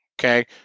okay